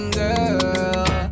girl